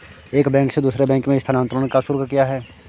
एक बैंक से दूसरे बैंक में स्थानांतरण का शुल्क क्या है?